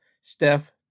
Steph